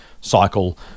cycle